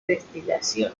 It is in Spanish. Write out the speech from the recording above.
destilación